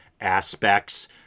aspects